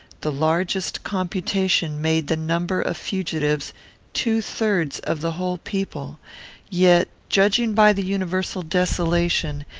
the largest computation made the number of fugitives two-thirds of the whole people yet, judging by the universal desolation,